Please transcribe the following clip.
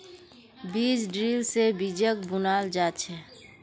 बीज ड्रिल से बीजक बुनाल जा छे